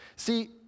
See